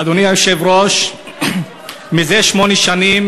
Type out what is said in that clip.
אדוני היושב-ראש, זה שמונה שנים